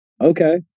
okay